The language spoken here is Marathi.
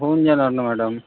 होऊन जाणार ना मॅडम